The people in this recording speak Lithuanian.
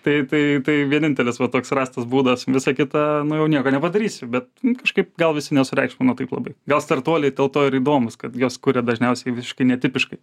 tai tai tai vienintelis toks rastas būdas visa kita nu jau nieko nepadarysi bet kažkaip gal visi nesureikšmino taip labai gal startuoliai dėl to ir įdomūs kad jos kuria dažniausiai visiškai netipiškai